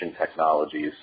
technologies